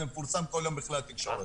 זה מפורסם כל יום בכלי התקשורת.